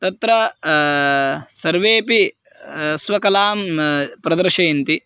तत्र सर्वेपि स्वकलां प्रदर्शयन्ति